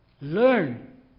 Learn